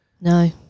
No